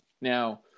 now